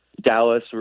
Dallas